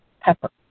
pepper